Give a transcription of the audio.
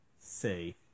say